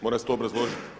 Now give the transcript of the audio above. Mora se to obrazložiti.